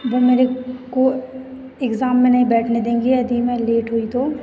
वो मेरे को इग्जाम में नहीं बैठने देंगे यदि मैं लेट हुई तो